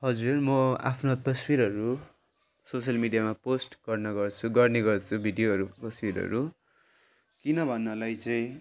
हजुर म आफ्ना तस्विरहरू सोसियल मिडिमा पोस्ट गर्न गर्छु गर्ने गर्छु भिडियोहरू कोसिडहरू किन भन्नलाई चाहिँ